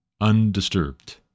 Undisturbed